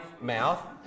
mouth